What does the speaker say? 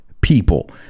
people